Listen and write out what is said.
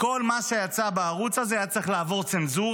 וכל מה שיצא בערוץ הזה היה צריך לעבור צנזורה.